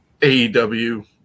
aew